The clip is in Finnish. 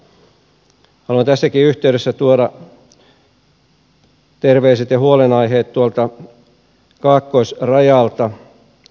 haluan tässäkin yhteydessä tuoda terveiset ja huolenaiheet tuolta kaakkoisrajalta